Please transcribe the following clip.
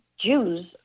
Jews